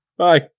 Bye